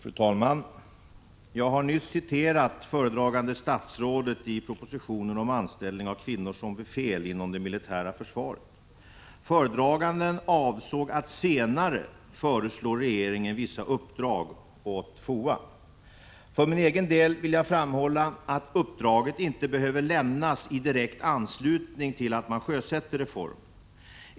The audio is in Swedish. Fru talman! Jag har nyss citerat föredragande statsrådet i propositionen om anställning av kvinnor som befäl inom det militära försvaret. Föredraganden avsåg att senare föreslå regeringen att ge vissa uppdrag åt FOA. För min egen del vill jag framhålla att uppdraget inte behöver lämnas i direkt anslutning till att reformen sjösätts.